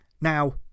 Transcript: Now